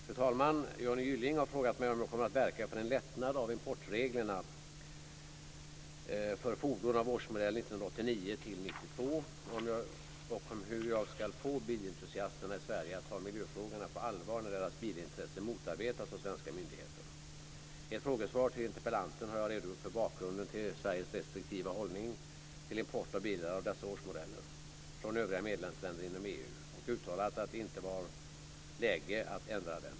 Fru talman! Johnny Gylling har frågat mig om jag kommer att verka för en lättnad av importreglerna för fordon av årsmodell 1989-1992 och om hur jag ska få bilentusiasterna i Sverige att ta miljöfrågorna på allvar när deras bilintresse motarbetas av svenska myndigheter. I ett frågesvar till interpellanten har jag redogjort för bakgrunden till Sveriges restriktiva hållning till import av bilar av dessa årsmodeller från övriga medlemsländer inom EU och uttalat att det inte var läge att ändra den.